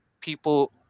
people